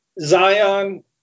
Zion